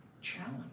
challenge